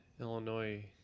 illinois